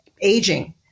Aging